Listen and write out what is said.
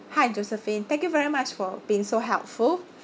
hi josephine thank you so much for being so helpful